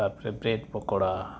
ᱛᱟᱨ ᱯᱚᱨᱮ ᱵᱨᱮᱰ ᱯᱚᱠᱳᱲᱟ